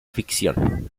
ficción